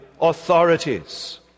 authorities